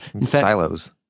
Silos